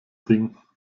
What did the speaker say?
ding